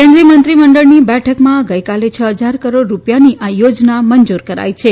કેન્દ્રીય મંત્રીમંડળની બેઠકાં ગઇકાલે છ હજાર કરોડ રૂપિયાની આ યોજના મંજુર કરાઇ છે